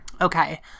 Okay